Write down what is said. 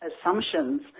assumptions